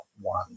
one